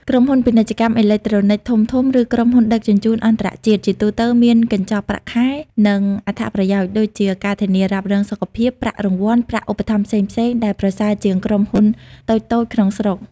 ក្រុមហ៊ុន ពាណិជ្ជកម្មអេឡិចត្រូនិក ធំៗ ឬក្រុមហ៊ុនដឹកជញ្ជូនអន្តរជាតិ ជាទូទៅមានកញ្ចប់ប្រាក់ខែ និងអត្ថប្រយោជន៍ (ដូចជា ការធានារ៉ាប់រង សុខភាព ប្រាក់រង្វាន់ ប្រាក់ឧបត្ថម្ភផ្សេងៗ) ដែលប្រសើរជាងក្រុមហ៊ុនតូចៗក្នុងស្រុក។